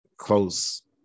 Close